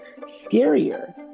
scarier